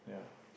yeah